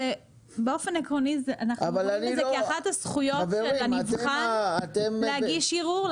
באופן עקרוני אנחנו רואים את זה כאחת הזכויות של הנבחן להגיש ערעור.